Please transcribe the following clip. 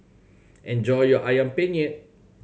enjoy your Ayam Penyet